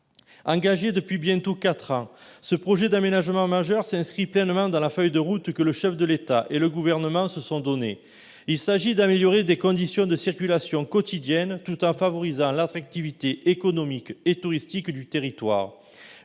Engagé depuis bientôt quatre ans, ce projet d'aménagement majeur s'inscrit pleinement dans la feuille de route que le chef de l'État et le Gouvernement se sont donnée. Il s'agit d'améliorer des conditions de circulation quotidienne tout en favorisant l'attractivité économique et touristique du territoire.